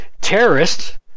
terrorists